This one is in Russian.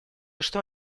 что